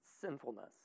sinfulness